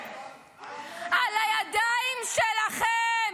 --- על הידיים שלך.